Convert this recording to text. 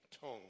tongue